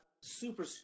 super